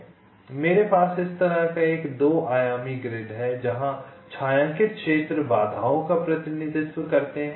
इसलिए मेरे पास इस तरह का एक 2 आयामी ग्रिड है जहां छायांकित क्षेत्र बाधाओं का प्रतिनिधित्व करते हैं